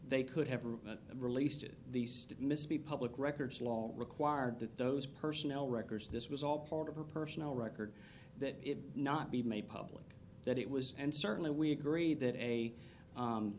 they could have released it the state missed be public records law required that those personnel records this was all part of her personal record that it not be made public that it was and certainly we agree that a